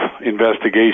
investigation